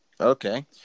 okay